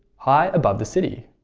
high above the city.